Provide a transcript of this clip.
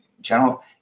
general